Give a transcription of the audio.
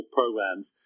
programs